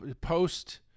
post